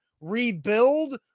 Rebuild